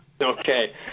Okay